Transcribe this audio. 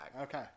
Okay